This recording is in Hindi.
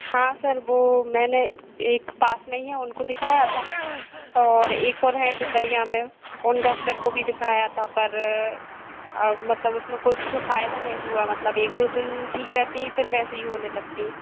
हाँ सर वह मैंने एक पास में ही है उनको दिखाया था और एक और है पीपरिया में उन डॉक्टर को भी दिखाया था पर अब मतलब उसमें कुछ फ़ायदा नहीं हुआ मतलब एक दो दिन ठीक रहती है फ़िर वैसे ही होने लगती